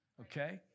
okay